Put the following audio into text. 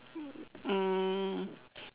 um